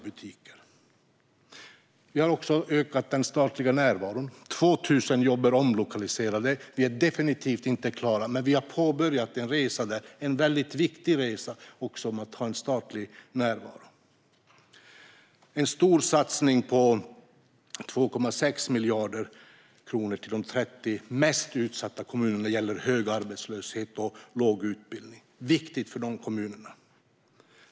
Vi har även ökat den statliga närvaron; 2 000 jobb är omlokaliserade. Vi är definitivt inte klara, men vi har påbörjat en väldigt viktig resa mot att ha en statlig närvaro. Vi har gjort en stor satsning om 2,6 miljarder kronor till de 30 mest utsatta kommunerna när det gäller hög arbetslöshet och låg utbildning. Det är viktigt för dessa kommuner.